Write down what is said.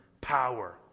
power